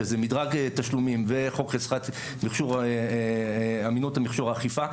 שזה מדרג תשלומים וחוק חזקת אמינות מכשור האכיפה,